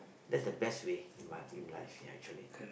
that's the best way in my in life ya actually